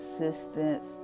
assistance